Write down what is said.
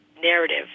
narrative